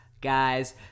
guys